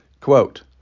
Quote